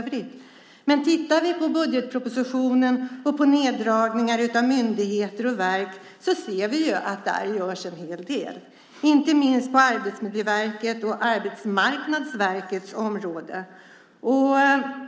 Men vi ser en hel del neddragningar på myndigheter och verk om vi tittar i budgetpropositionen. Det gäller inte minst på Arbetsmiljöverkets och Arbetsmarknadsverkets områden.